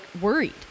worried